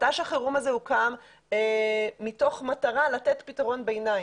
מט"ש החירום הזה הוקם מתוך מטרה לתת פתרון ביניים,